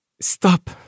Stop